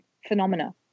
phenomena